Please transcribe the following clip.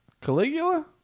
Caligula